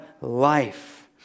life